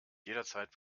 jederzeit